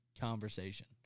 conversation